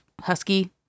husky